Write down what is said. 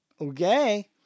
okay